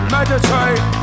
Meditate